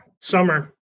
summer